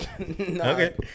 Okay